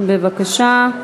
בבקשה.